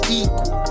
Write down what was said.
equal